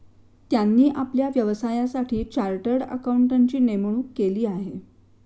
त्यांनी आपल्या व्यवसायासाठी चार्टर्ड अकाउंटंटची नेमणूक केली आहे